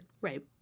Right